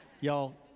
Y'all